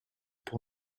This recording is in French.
pour